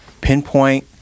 pinpoint